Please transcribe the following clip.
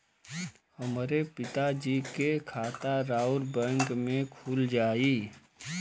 हमरे पिता जी के खाता राउर बैंक में खुल जाई?